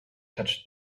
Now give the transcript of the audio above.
touched